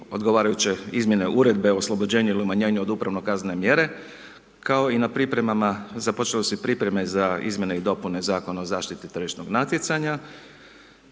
odgovarajuće izmjene uredbe o oslobođenju ili umanjenju od upravno kaznene mjere kao i na pripremama, započele su i pripreme za izmjene i dopune Zakona o zaštiti tržišnog natjecanja